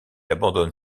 abandonne